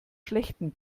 schlechten